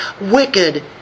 wicked